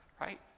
Right